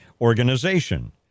Organization